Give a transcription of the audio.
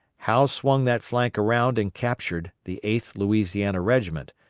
howe swung that flank around and captured the eighth louisiana regiment,